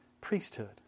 priesthood